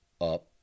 up